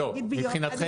מבחינתנו